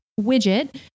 widget